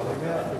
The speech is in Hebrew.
להעביר את הצעת חוק